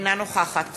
אינה נוכחת